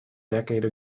decade